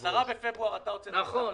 עודד, אני רוצה לעזור לך.